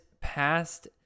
past